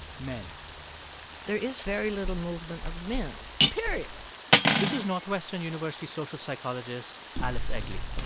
men there is very little movement of men period this is northwestern university social psychologist alice eagly.